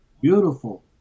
beautiful